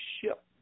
ship